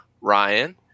Ryan